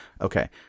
Okay